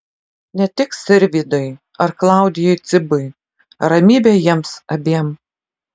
ne tik sirvydui ar klaudijui cibui ramybė jiems abiem